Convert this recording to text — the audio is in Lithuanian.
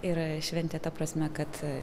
yra šventė ta prasme kad